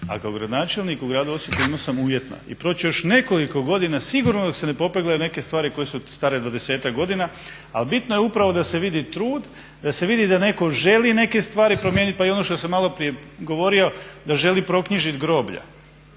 a kao gradonačelnik u Gradu Osijeku imao sam uvjetna i proći će još nekoliko godina sigurno dok se ne popeglaju neke stvari koje su stare 20-ak godina, a bitno je upravo da se vidi trud, da se vidi da netko želi neke stvari promijenit, pa i ono što sam maloprije govorio, da želi proknjižit groblja